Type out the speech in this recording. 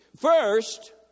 First